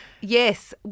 Yes